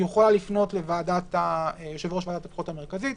היא יכולה לפנות ליושב-ראש ועדת הבחירות המרכזית,